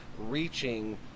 reaching